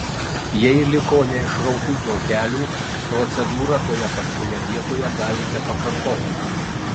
jei liko neišrautų plaukelių procedūrą toje pačioje vietoje galite pakartoti